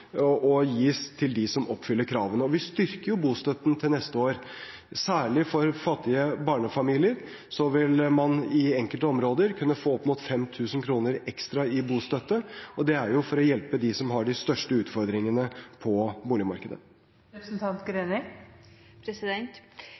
og gis til dem som oppfyller kravene. Vi styrker bostøtten til neste år, særlig for fattige barnefamilier – man vil i enkelte områder kunne få opp mot 5 000 ekstra i bostøtte – og det er for å hjelpe dem som har de største utfordringene på boligmarkedet.